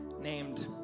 named